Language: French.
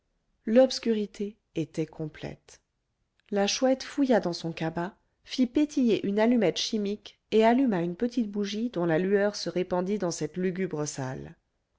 l'obscurité était complète la chouette fouilla dans son cabas fit pétiller une allumette chimique et alluma une petite bougie dont la lueur se répandit dans cette lugubre salle